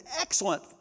excellent